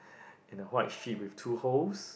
and the white sheet with two holes